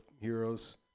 heroes